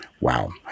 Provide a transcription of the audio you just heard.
Wow